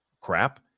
crap